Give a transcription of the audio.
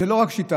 זו לא רק שיטה,